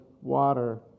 water